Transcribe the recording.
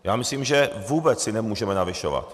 Já myslím, že vůbec si nemůžeme navyšovat.